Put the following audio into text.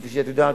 כפי שאת יודעת,